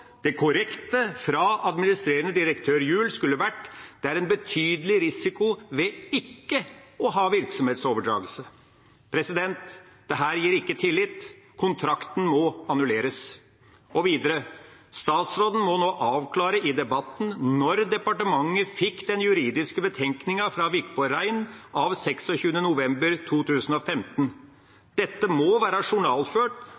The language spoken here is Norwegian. Det korrekte fra administrerende direktør Juell skulle vært: Det er en betydelig risiko ved ikke å ha virksomhetsoverdragelse. Dette gir ikke tillit. Kontrakten må annulleres. Videre: Statsråden må nå avklare i debatten når departementet fikk den juridiske betenkningen fra Wikborg Rein av 26. november